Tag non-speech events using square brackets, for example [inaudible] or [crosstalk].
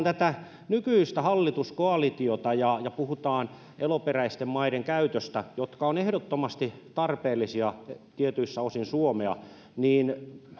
[unintelligible] tätä nykyistä hallituskoalitiota ja ja puhutaan eloperäisten maiden käytöstä jotka ovat ehdottomasti tarpeellisia tietyissä osin suomea niin [unintelligible]